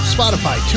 Spotify